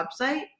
website